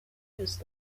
دوست